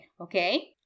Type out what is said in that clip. okay